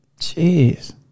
Jeez